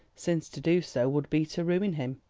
since to do so would be to ruin him.